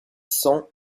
cents